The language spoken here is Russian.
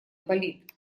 болит